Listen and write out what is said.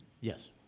Yes